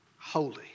holy